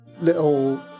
little